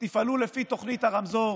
תפעלו לפי תוכנית הרמזור.